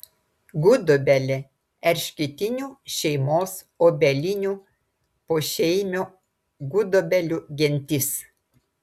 gudobelė erškėtinių šeimos obelinių pošeimio gudobelių gentis